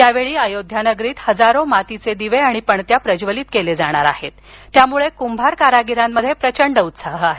यावेळी अयोध्यानगरीत हजारो मातीचे दिवे पणत्या प्रज्वलित केले जाणार असून त्यामुळे इथल्या कुंभार कारागीरांमध्ये प्रचंड उत्साह आहे